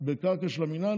בקרקע של המינהל,